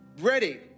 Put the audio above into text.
ready